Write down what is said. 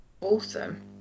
awesome